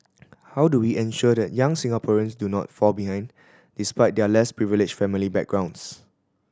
how do we ensure that young Singaporeans do not fall behind despite their less privileged family backgrounds